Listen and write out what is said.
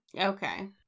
Okay